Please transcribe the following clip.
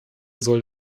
soll